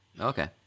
Okay